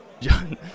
John